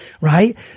right